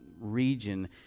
region